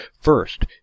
First